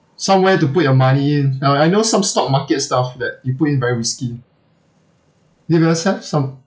somewhere to put your money in I I know some stock market stuff that you put in very risky D_B_S have some